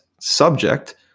subject